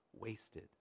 wasted